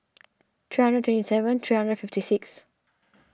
three hundred twenty seven three hundred fifty six